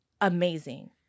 amazing